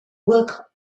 work